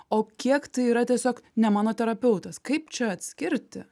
o kiek tai yra tiesiog ne mano terapeutas kaip čia atskirti